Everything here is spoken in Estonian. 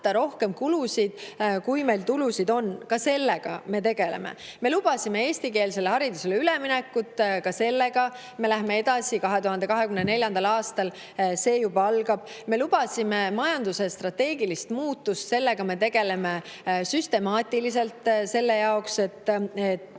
rohkem kulusid, kui meil on tulusid – ka sellega me tegeleme. Me lubasime eestikeelsele haridusele üleminekut – ka sellega me läheme edasi, 2024. aastal see juba algab. Me lubasime majanduse strateegilist muutust – sellega me tegeleme süstemaatiliselt selleks, et